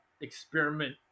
experiment